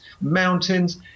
mountains